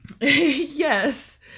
Yes